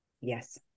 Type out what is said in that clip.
Yes